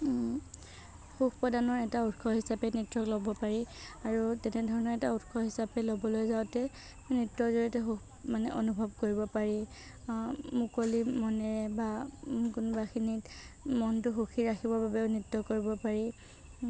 সুখ প্ৰদানৰ এটা উৎস হিচাপে নৃত্যক ল'ব পাৰি আৰু তেনেধৰণৰ এটা উৎস হিচাপে ল'বলৈ যাওঁতে নৃত্যৰ জড়িয়তে সুখ মানে অনুভৱ কৰিব পাৰি মুকলি মনৰে বা কোনোবাখিনিত মনটো সুখী ৰাখিবৰ বাবেও নৃত্য কৰিব পাৰি